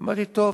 אמרתי, טוב,